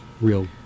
real